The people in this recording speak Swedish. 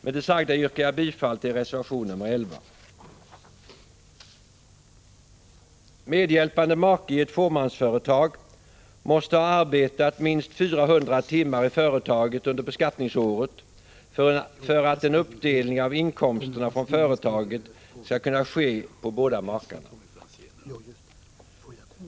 Med det sagda yrkar jag bifall till reservation 11. Medhjälpande make i ett tvåmansföretag måste ha arbetat minst 400 timmar i företaget under beskattningsåret för att en uppdelning av inkomsterna från företaget skall kunna ske på båda makarna.